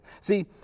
See